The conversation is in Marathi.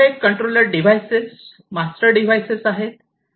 आपल्याकडे कंट्रोलर डिव्हाइसेस मास्टर डिव्हाइसेस आहेत